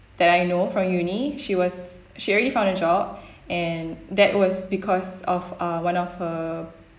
that I know from uni she was she already found a job and that was because of uh one of her